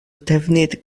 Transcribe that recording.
defnydd